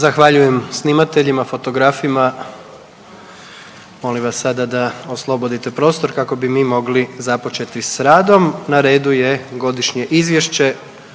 Zahvaljujem snimateljima fotografima molim vas sada da oslobodite prostor kako bi mi mogli započeti s radom. Na redu je: - Godišnje izvješće